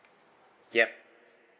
yup